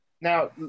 Now